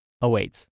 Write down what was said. awaits